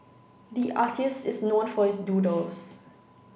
the artist is known for his doodles